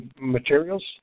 materials